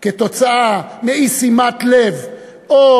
כתוצאה מאי-שימת לב או